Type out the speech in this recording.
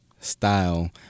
style